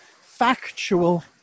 factual